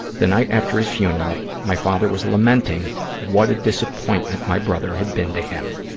the night after his funeral, my father was lamenting what a disappointment my brother had been to him,